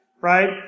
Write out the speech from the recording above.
right